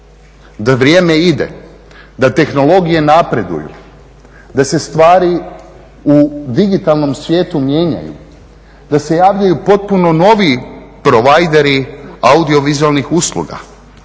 Da vrijeme ide, da tehnologije napreduju, da se stvari u digitalnom svijetu mijenjaju, da se javljaju potpuno novi provideri audiovizualnih usluga,